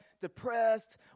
depressed